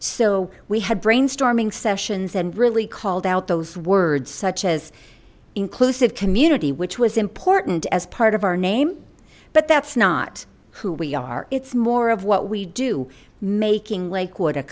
so we had brainstorming sessions and really called out those words such as inclusive community which was important as part of our name but that's not who we are it's more of what we do making like